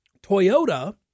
Toyota